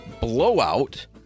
blowout